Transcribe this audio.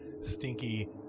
stinky